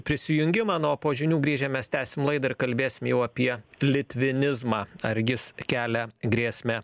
prisijungimą na o po žinių grįžę mes tęsim laidą ir kalbėsim jau apie litvinizmą ar gis kelia grėsmę